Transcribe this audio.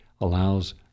allows